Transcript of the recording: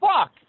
fuck